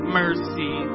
mercy